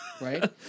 Right